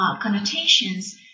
connotations